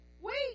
wait